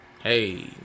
hey